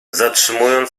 przede